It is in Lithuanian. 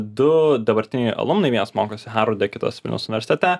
du dabartiniai alumnai vienas mokosi harvarde kitas vilniaus universitete